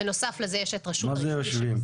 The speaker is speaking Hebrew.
מה זה יושבים?